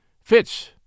Fitz